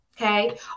Okay